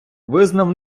визнав